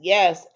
Yes